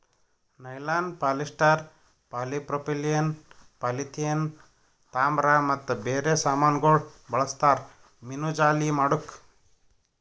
nylon, polyester, polypropylene, polyethylene, ತಾಮ್ರ ಮತ್ತ ಬೇರೆ ಸಾಮಾನಗೊಳ್ ಬಳ್ಸತಾರ್ ಮೀನುಜಾಲಿ ಮಾಡುಕ್